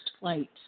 flight